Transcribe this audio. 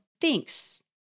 thinks